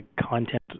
content